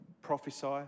prophesy